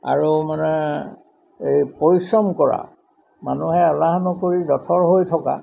আৰু মানে এই পৰিশ্ৰম কৰা মানুহে এলাহ নকৰি যথৰ হৈ থকা